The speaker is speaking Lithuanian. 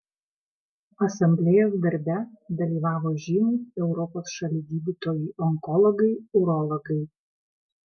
asamblėjos darbe dalyvavo žymūs europos šalių gydytojai onkologai urologai